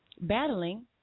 Battling